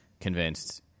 convinced